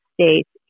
States